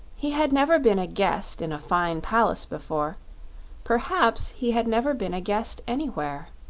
he had never been a guest in a fine palace before perhaps he had never been a guest anywhere.